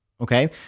Okay